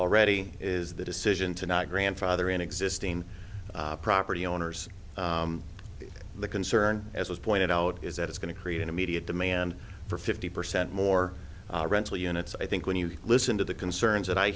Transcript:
already is the decision to not grandfather an existing property owners the concern as was pointed out is that it's going to create an immediate demand for fifty percent more rental units i think when you listen to the concerns that i